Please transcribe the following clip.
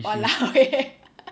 !walao! eh